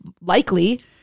likely